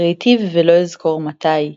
ראיתיו ולא אזכר מתי,